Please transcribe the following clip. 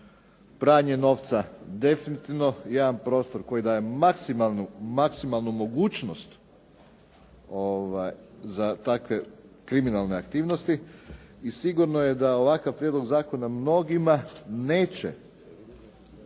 pranje novca definitivno, jedan prostor koji daje maksimalnu mogućnost za takve kriminalne aktivnosti i sigurno je da ovakav prijedlog zakona mnogima neće,